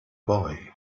boy